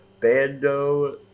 Bando